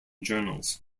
journals